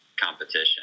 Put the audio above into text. competition